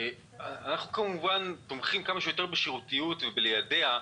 אנחנו כמובן תומכים כמה שיותר בשירותיות וביידוע,